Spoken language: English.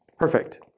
Perfect